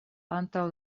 antaŭ